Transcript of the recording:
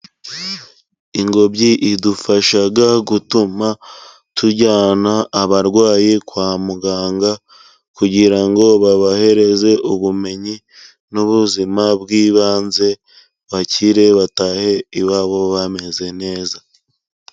Ingobyi idufasha gutuma tujyana abarwayi kwa muganga kugira ngo babahereze ubumenyi n'ubuzima bw'ibanze bakire batahe iwabo bameze neza.